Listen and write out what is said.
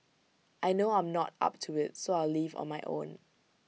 I know I'm not up to IT so I will leave on my own